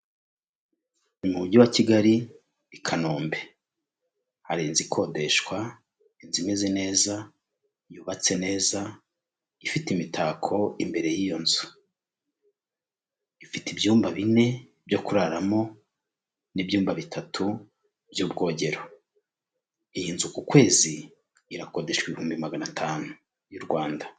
Mu mujyi wa Kigali i Kanombe hari inzu ikodeshwa, inzu imeze neza, yubatse neza ifite imitako imbere y'iyo nzu. Ifite ibyumba bine byo kuraramo n'ibyumba bitatu by'ubwogero, iyi nzu ku kwezi irakodeshwa ibihumbi magana atanu y'u Rwanda.